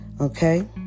Okay